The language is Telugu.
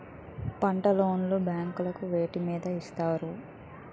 పంట లోన్ లు బ్యాంకులు వేటి మీద ఇస్తాయి?